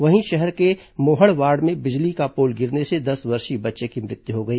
वहीं शहर के मोहड़ वार्ड में बिजली का पोल गिरने से दस वर्षीय बच्चे की मृत्यु हो गई